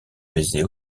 baiser